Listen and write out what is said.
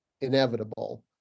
inevitable